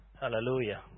Hallelujah